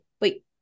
Wait